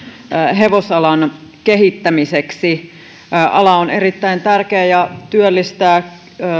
hevosalan kehittämiseksi ala on erittäin tärkeä ja työllistää